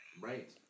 right